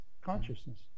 consciousness